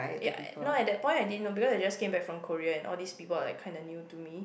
ya ya no at that point I didn't know because I just came back from Korean all this people are like kinda new to me